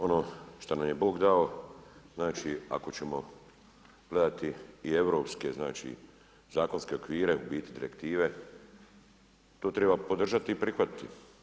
Ono što nam je Bog dao, znači ako ćemo gledati i europske znači zakonske okvire, u biti direktive, to treba podržati i prihvatiti.